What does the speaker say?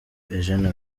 eugène